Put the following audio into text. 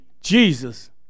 Jesus